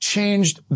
Changed